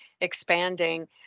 expanding